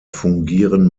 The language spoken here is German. fungieren